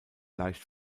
leicht